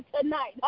tonight